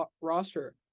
roster